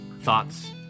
thoughts